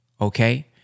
okay